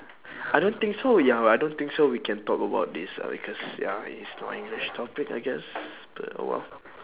I don't think sorry ah I don't think so we can talk about this sorry cause ya it is not an english topic I guess but oh well